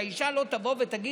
שהאישה לא תגיד,